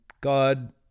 God